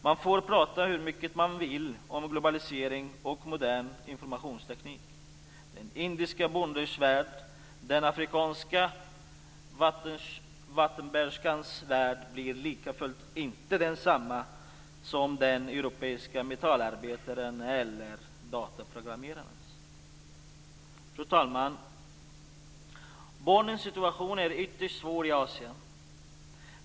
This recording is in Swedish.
Man får tala hur mycket man vill om globalisering och modern informationsteknik. Den indiske bondens värld och den afrikanska vattenbärerskans värld blir lika fullt inte densamma som den europeiske metallarbetarens eller dataprogrammerarens. Fru talman! Barnens situation är ytterst svår i Asien.